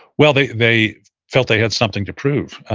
well, they they felt they had something to prove.